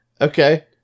okay